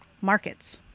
markets